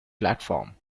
platform